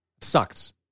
sucks